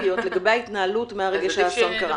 ספציפיות לגבי ההתנהלות מהרגע שהאסון קרה.